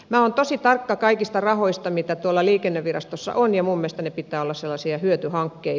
mä oon tosi tarkka kaikista rahoista mitä tuolla liikennevirastossa on jo monesti ne pitää olla sellaisia hyötyä hankkii